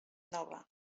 nova